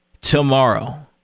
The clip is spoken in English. Tomorrow